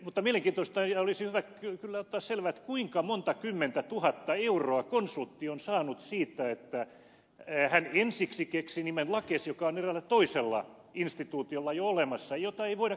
mutta mielenkiintoista olisi kyllä ottaa selvää kuinka monta kymmentä tuhatta euroa konsultti on saanut siitä että hän ensiksi keksi nimen lakes joka on eräällä toisella instituutiolla jo olemassa ja jota ei voida käyttää